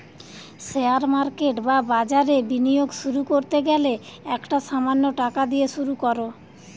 share market বা বাজারে বিনিয়োগ শুরু করতে গেলে একটা সামান্য টাকা দিয়ে শুরু করো